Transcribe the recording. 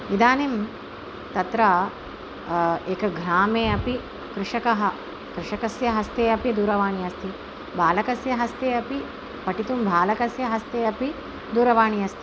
इदानीं तत्र एके ग्रामे अपि कृषकः कृषकस्य हस्ते अपि दूरवाणी अस्ति बालकस्य हस्ते अपि पठितुं बालकस्य हस्ते अपि दूरवाणी अस्ति